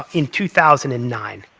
ah in two thousand and nine.